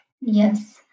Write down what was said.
yes